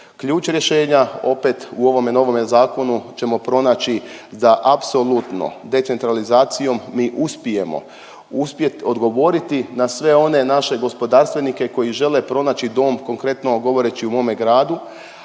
Ključ rješenja opet u ovome novome zakonu ćemo pronaći da apsolutno decentralizacijom mi uspijemo uspjet odgovoriti na sve one naše gospodarstvenike koji žele pronaći dom konkretno govoreći u mome gradu,